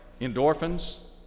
endorphins